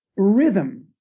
rhythm,